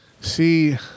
See